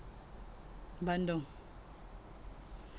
bandung